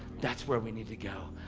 that's where we need to go.